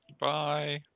Bye